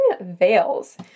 veils